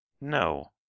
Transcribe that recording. No